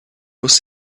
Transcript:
muss